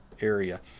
area